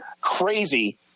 crazy